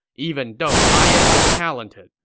even though i am untalented,